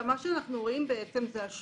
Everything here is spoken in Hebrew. מה שאנחנו רואים זה השפעה